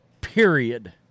period